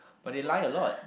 but they lie a lot